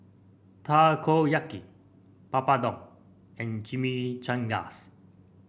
Takoyaki Papadum and Chimichangas